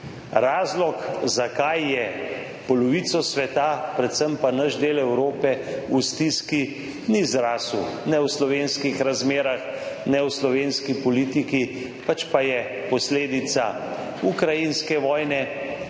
Razlog, zakaj je polovico sveta, predvsem pa naš del Evrope, v stiski, ni zrasel ne v slovenskih razmerah, ne v slovenski politiki, pač pa je posledica ukrajinske vojne,